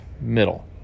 middle